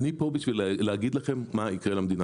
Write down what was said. אני כאן כדי להגיד לכם מה יקרה למדינה